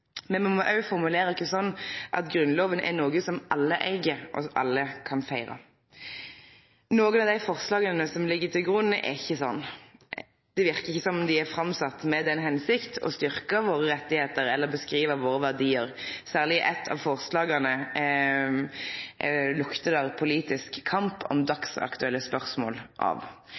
me må òg formulere oss sånn at Grunnloven er noko som alle eig, og som alle kan feire. Nokre av dei forslaga som ligg til grunn, er ikkje sånn. Det verkar ikkje som om dei er sette fram med det føremålet å styrkje våre rettar eller beskrive våre verdiar. Særleg eitt av forslaga luktar det politisk kamp om dagsaktuelle spørsmål av.